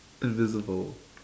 invisible